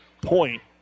point